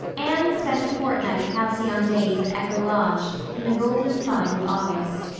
anne spent a fortnight of halcyon days at echo lodge in the golden prime of august.